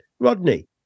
Rodney